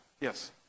Yes